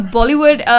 Bollywood